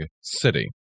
city